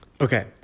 Okay